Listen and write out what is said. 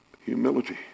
Humility